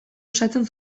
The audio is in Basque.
osatzen